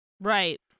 Right